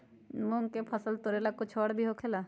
मूंग के फसल तोरेला कुछ और भी होखेला?